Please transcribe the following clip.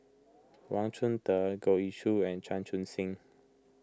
Wang Chunde Goh Ee Choo and Chan Chun Sing